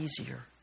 easier